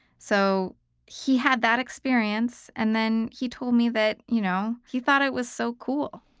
so he had that experience. and then he told me that you know he thought it was so cool.